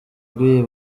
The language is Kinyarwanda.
rw’iyi